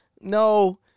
no